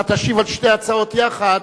אתה תשיב על שתי ההצעות יחד,